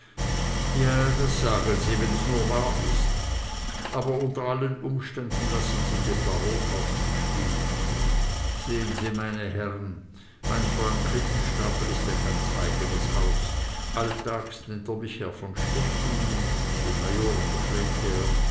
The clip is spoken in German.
ja das sagen sie wenn's nur wahr ist aber unter allen umständen lassen sie den baron aus dem spiel sehen sie meine herren mein freund krippenstapel is ein ganz eignes haus alltags nennt er mich herr von stechlin den major